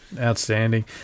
Outstanding